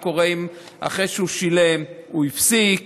מה קורה אם אחרי שהוא שילם הוא הפסיק,